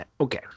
Okay